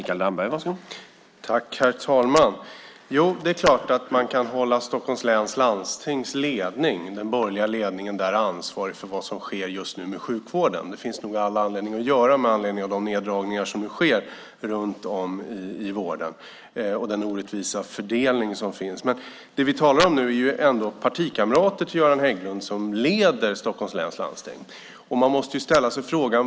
Herr talman! Det är klart att man kan hålla Stockholms läns landstings borgerliga ledning ansvarig för vad som sker just nu med sjukvården. Det finns nog all anledning att göra det med tanke på de neddragningar som sker i vården och den orättvisa fördelningen. Vi talar nu ändå om partikamrater till Göran Hägglund som leder Stockholms läns landsting.